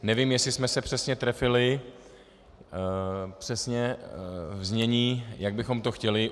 Nevím, jestli jsme se přesně trefili, přesně ve znění, jak bychom to chtěli.